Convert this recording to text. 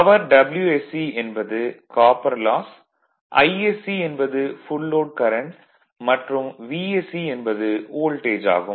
power Wsc என்பது copper loss Isc என்பது full load current மற்றும் Vsc என்பது வோல்டேஜ் ஆகும்